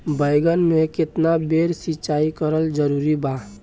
बैगन में केतना बेर सिचाई करल जरूरी बा?